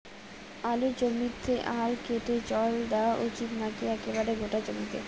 আলুর জমিতে আল কেটে জল দেওয়া উচিৎ নাকি একেবারে গোটা জমিতে?